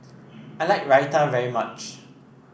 I like Raita very much